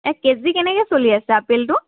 এহ KG কেনেকৈ চলি আছে আপেলটো